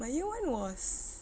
my year one was